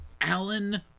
Alan